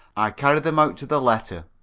i carried them out to the letter.